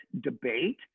debate